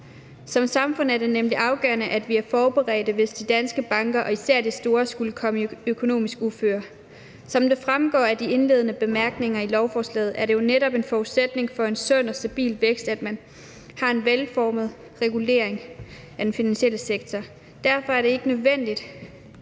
Som samfund er det nemlig afgørende, at vi er forberedt, hvis de danske banker, især de store, skulle komme i økonomisk uføre. Som det fremgår af de indledende bemærkninger til lovforslaget, er det jo netop en forudsætning for en sund og stabil vækst, at man har en velformet regulering af den finansielle sektor. Derfor er det ikke kun nødvendigt,